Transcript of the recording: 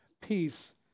peace